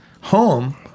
Home